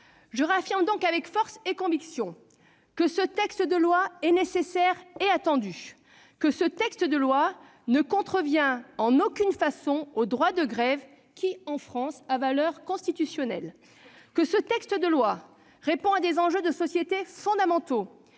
Je réaffirme donc avec force et conviction que ce texte de loi est nécessaire et attendu, et qu'il ne contrevient en aucune façon au droit de grève, qui, en France, a valeur constitutionnelle. Par ailleurs, ce texte de loi répond à des enjeux de société fondamentaux,